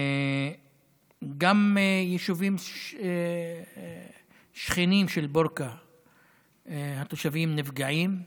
גם ביישובים שכנים של בורקה התושבים נפגעים,